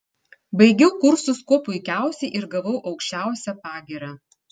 baigiau kursus kuo puikiausiai ir gavau aukščiausią pagyrą